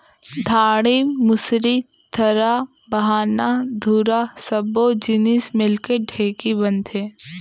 डांड़ी, मुसरी, थरा, बाहना, धुरा सब्बो जिनिस मिलके ढेंकी बनथे